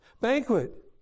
banquet